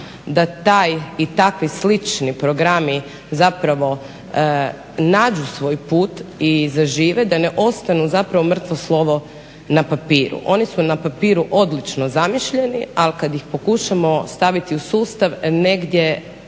da taj i takvi slični programi zapravo nađu svoj put i zažive, da ne ostanu zapravo mrtvo slovo na papiru. Oni su na papiru odlučno zamišljeni, al kad ih pokušamo staviti u sustav negdje